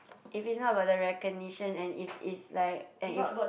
if it's not about the recognition and if it's like and if